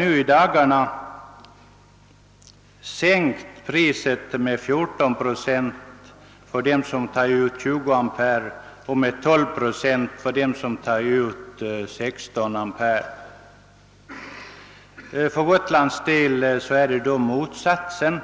i dagarna sänkt priset med 14 procent för dem som tar ut 20 ampere och med 12 procent för dem som tar ut 16 ampere. För Gotlands del gäller motsatsen.